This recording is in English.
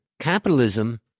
capitalism